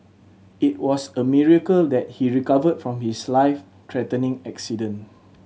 it was a miracle that he recovered from his life threatening accident